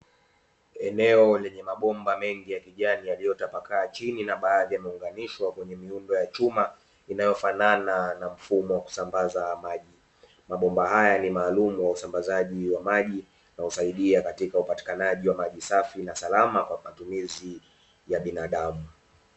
Eneo lenye mabomba mengi ya kijani, yaliyotapakaa chini na baadhi yameunganishwa kwenye miundo ya chuma inayofanana na mfumo wa kusambaza maji. Mabomba haya ni maalumu kwa usambazaji wa maji na husaidia katika upatikanaji wa maji safi na salama, kwa matumizi ya binadamu.